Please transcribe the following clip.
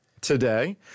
today